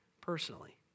personally